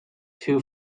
two